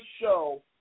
show